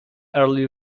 early